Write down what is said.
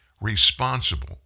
responsible